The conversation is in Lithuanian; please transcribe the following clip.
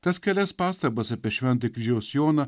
tas kelias pastabas apie šventąjį kryžiaus joną